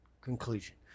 conclusion